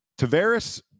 Tavares